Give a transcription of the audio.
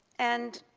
and